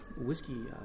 whiskey